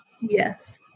yes